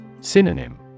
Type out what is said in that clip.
Synonym